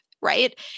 right